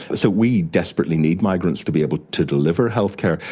so we desperately need migrants to be able to deliver healthcare.